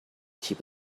keep